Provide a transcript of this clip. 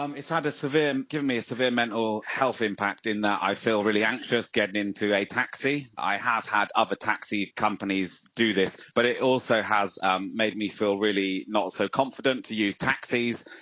um it's ah had a severe given me a severe mental health impact in that i feel really anxious getting into a taxi. i have had other taxi companies do this. but it also has um made me feel really not so confident to use taxis,